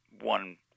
one